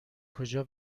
کجا